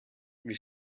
wie